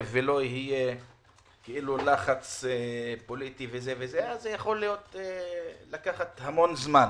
ולא יהיה לחץ פוליטי זה יכול לקחת המון זמן.